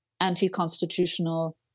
anti-constitutional